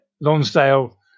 Lonsdale